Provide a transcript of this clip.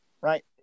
right